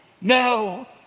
no